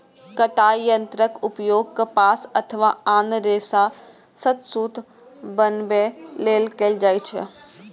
कताइ यंत्रक उपयोग कपास अथवा आन रेशा सं सूत बनबै लेल कैल जाइ छै